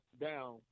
down